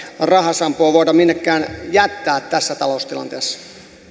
rahasampoa voida minnekään jättää tässä taloustilanteessa